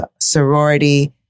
sorority